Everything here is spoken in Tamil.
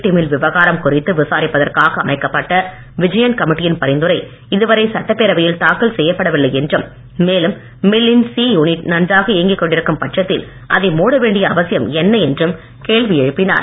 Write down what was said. டி மில் விவகாரம் குறித்து விசாரிப்பதற்காக அமைக்கப்பட்ட விஜயன் கமிட்டியின் பரிந்துரை இதுவரை சட்டப்பேரவையில் தாக்கல் செய்யப்படவில்லை என்றும் மேலும் மில்லின் சி யூனிட் நன்றாக இயங்கி கொண்டிருக்கும் பட்சத்தில் அதை ழூட வேண்டிய அவசியம் என்ன என்றும் கேள்வி எழுப்பினார்